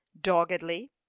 doggedly